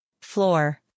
floor